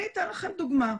אני אתן לכם דוגמה.